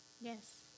Yes